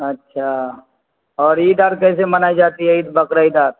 اچھا اور عید آر کیسے منائی جاتی ہے عید بقرعید آر